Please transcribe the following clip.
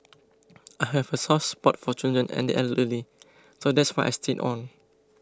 I have a soft spot for children and the elderly so that's why I stayed on